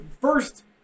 first